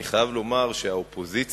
אני חייב לומר שהאופוזיציה,